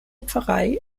pfarrei